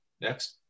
Next